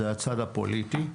זה הצד הפוליטי.